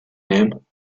name